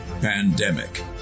Pandemic